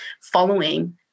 following